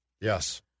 Yes